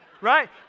Right